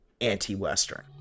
anti-Western